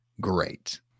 great